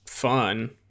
Fun